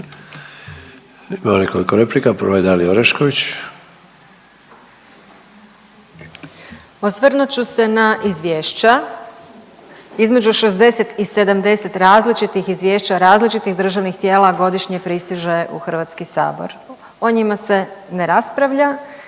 imenom i prezimenom)** Osvrnut ću se na izvješća između 60 i 70 različitih izvješća, različitih državnih tijela godišnje pristiže u Hrvatski sabor. O njima se ne raspravlja